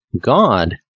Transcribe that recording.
God